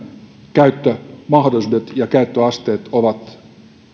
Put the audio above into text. käyttömahdollisuudet ja käyttöasteet ovat